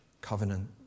covenant